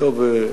תודה רבה.